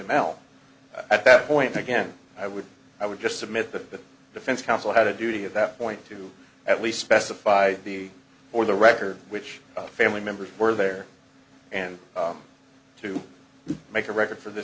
male at that point again i would i would just submit the defense counsel had a duty of that point to at least specify the or the record which family members were there and to make a record for th